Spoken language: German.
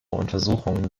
untersuchungen